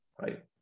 Right